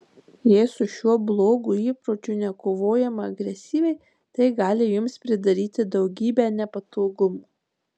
jei su šiuo blogu įpročiu nekovojama agresyviai tai gali jums pridaryti daugybę nepatogumų